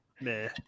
Meh